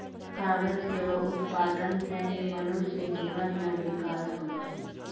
कागज केरो उत्पादन सें ही मनुष्य जीवन म बिकास होलै